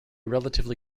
relatively